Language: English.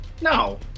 No